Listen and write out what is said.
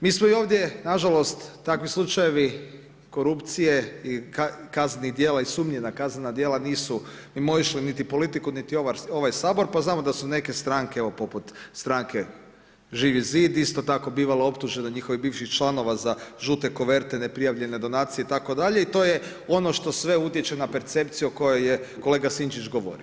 Mi smo i ovdje, nažalost, takvi slučajevi korupcije i kaznenih dijela i sumnje na kazna dijela nisu mimoišli niti politiku niti ovaj Sabor, pa znamo da su neke stranke, poput stranke Živi zid isto tako bivalo optuženo od njihovih bivših članova, za žute koverte neprijavljene donacije itd. i to je ono što sve utječe na percepciju o kojoj je kolega Sinčić govorio.